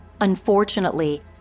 Unfortunately